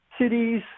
cities